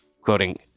Quoting